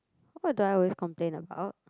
what do I always complain about